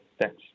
Thanks